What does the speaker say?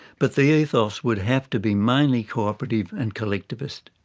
but the ethos would have to be mainly cooperative and collectivist.